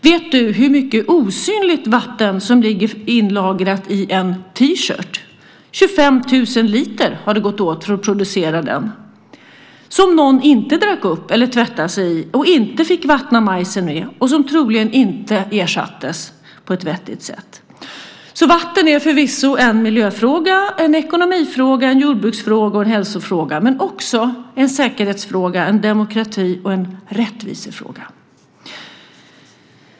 Vet du hur mycket osynligt vatten som ligger inlagrat i en T-shirt? 25 000 liter har det gått åt för att producera den, vatten som någon inte drack upp eller tvättade sig i, som någon inte fick vattna majsen med och som troligen inte ersattes på ett vettigt sätt. Vatten är alltså förvisso en miljöfråga, en ekonomifråga, en jordbruksfråga och en hälsofråga, men det är också en säkerhetsfråga, en demokratifråga och en rättvisefråga.